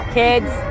kids